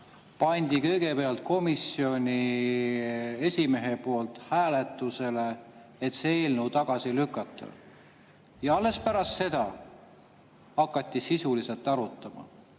pandi kõigepealt komisjoni esimehe poolt hääletusele, et see eelnõu tagasi lükata, ja alles pärast seda hakati sisuliselt arutama.